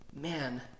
Man